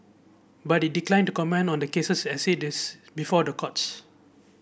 but it declined to comment on the cases as it is before the courts